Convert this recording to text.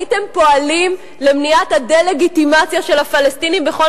הייתם פועלים למניעת הדה-לגיטימציה של הפלסטינים בכל